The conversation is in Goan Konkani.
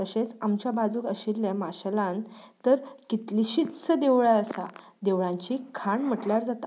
तशेंच आमच्या बाजूक आशिल्लें माशेलांत तर कितलींशींच देवळां आसा देवळांची खण म्हटल्यार जाता